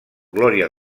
glòria